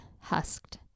husked